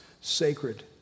sacred